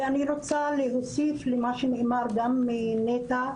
אני רוצה להוסיף למה שנאמר גם מנטע,